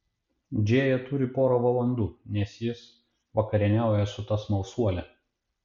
džėja turi porą valandų nes jis vakarieniauja su ta smalsuole